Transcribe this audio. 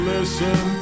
Listen